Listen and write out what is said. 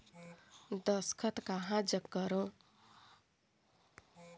दस्खत कहा जग करो?